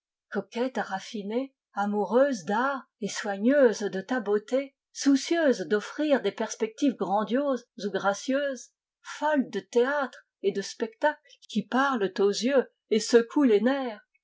coquette raffinée amoureuse d'art et soigneuse de ta beauté soucieuse d'offrir des perspectives grandioses ou gracieuses folle de théâtre et de spectacles qui parlent aux yeux et secouent les nerfs